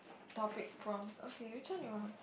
topic prompts okay which one you want